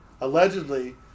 allegedly